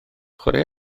chwaraea